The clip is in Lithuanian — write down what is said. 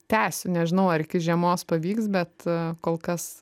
tęsiu nežinau ar iki žiemos pavyks bet kol kas